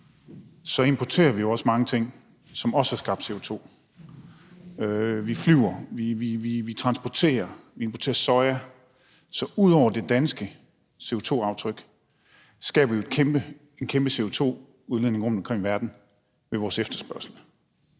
så importerer vi jo også mange ting, som også har skabt CO2. Vi flyver, vi transporterer, vi importerer soja. Så ud over det danske CO2-aftryk skaber vi jo en kæmpe CO2-udledning rundtomkring i verden ved vores efterspørgsel.